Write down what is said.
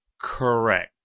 Correct